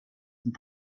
and